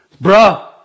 bro